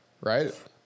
right